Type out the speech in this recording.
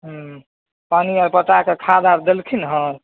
हूँ पानि आर पटाके खाद आर देलखिन हँ